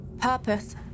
purpose